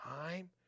time